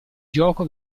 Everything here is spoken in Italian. gioco